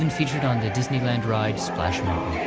and featured on the disneyland ride, splash mountain.